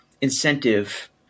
incentive